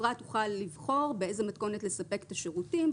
החברה תוכל לבחור באיזה מתכונת לספק את השירותים.